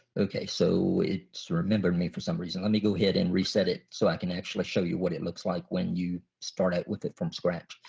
okay so it's remembered me for some reason let me go ahead and reset it so i can actually so you what it looks like. when you start out with it from scratch,